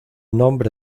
nombre